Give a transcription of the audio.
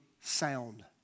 sound